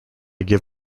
give